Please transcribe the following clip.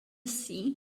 sea